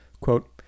Quote